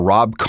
Rob